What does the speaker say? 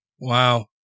Wow